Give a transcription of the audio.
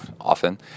often